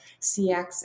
CX